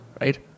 right